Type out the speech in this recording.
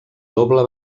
doble